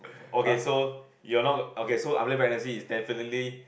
okay so you are not okay so unplan pregnancy is definitely